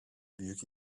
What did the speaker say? büyük